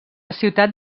ciutat